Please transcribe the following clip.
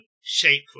shape